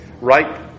right